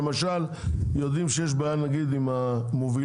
אבל למשל יודעים שיש בעיה נגיד עם המובילים,